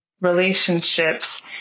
relationships